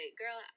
girl